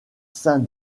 saint